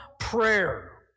prayer